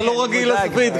אתה לא רגיל לזווית.